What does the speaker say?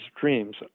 dreams